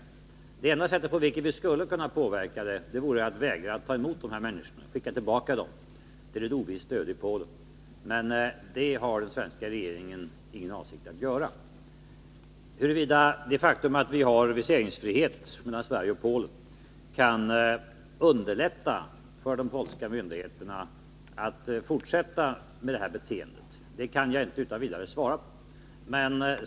Det enda sättet på vilket vi skulle kunna påverka det vore att vägra att ta emot dessa människor och skicka dem tillbaka till ett ovisst öde i Polen, men det har den svenska regeringen inte för avsikt att göra. Huruvida det faktum att vi inte kräver visum av polackerna kan underlätta för de polska myndigheterna att fortsätta med det här beteendet kan jag inte utan vidare svara på.